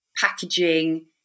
packaging